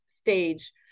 stage